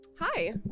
Hi